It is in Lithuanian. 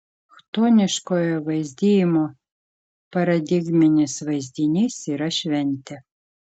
chtoniškojo vaizdijimo paradigminis vaizdinys yra šventė